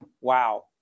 wow